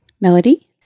Melody